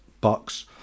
Bucks